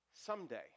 someday